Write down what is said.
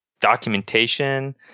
documentation